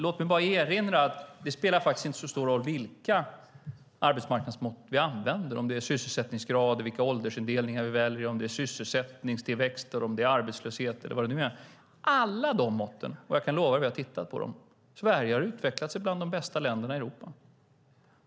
Låt mig bara erinra om att det faktiskt inte spelar så stor roll vilka arbetsmarknadsmått vi använder, om det är sysselsättningsgrad, vilka åldersindelningar vi väljer, om det är sysselsättningstillväxt, om det är arbetslöshet eller vad det nu är. Med alla de måtten, och jag kan lova er att jag har tittat på dem, har Sverige utvecklats till bland de bästa länderna i Europa.